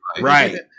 Right